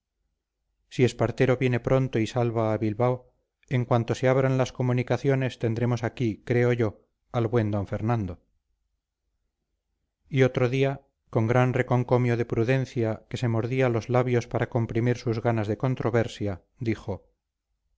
si espartero viene pronto y salva a bilbao en cuanto se abran las comunicaciones tendremos aquí creo yo al buen d fernando y otro día con gran reconcomio de prudencia que se mordía los labios para comprimir sus ganas de controversia dijo